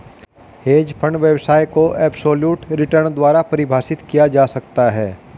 hedge fund व्यवसाय को absolute return द्वारा परिभाषित किया जा सकता है